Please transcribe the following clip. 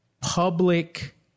public